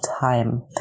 time